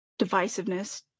divisiveness